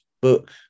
book